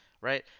right